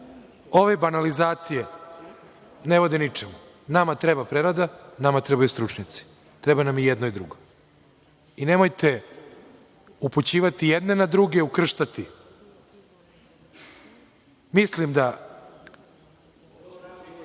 ove banalizacije ne vode ničemu. Nama treba prerada, nama trebaju stručnjaci. Treba nam i jedno i drugo. Nemojte upućivati jedne na druge, ukrštati. Prosto ne